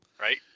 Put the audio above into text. Right